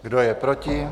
Kdo je proti?